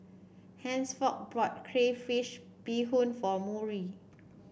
Hansford bought Crayfish Beehoon for Murry